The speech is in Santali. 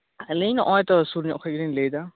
ᱟᱞᱤᱧ ᱱᱚᱜ ᱚᱭᱛᱚ ᱥᱩᱨ ᱧᱚᱜ ᱠᱷᱚᱱ ᱜᱤᱞᱤᱝ ᱞᱟᱹᱭᱮᱫᱟ